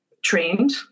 Trained